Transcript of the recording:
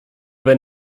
wenn